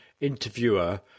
interviewer